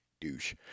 douche